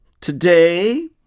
Today